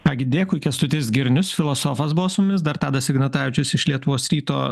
ką gi dėkui kęstutis girnius filosofas buvo su mumis dar tadas ignatavičius iš lietuvos ryto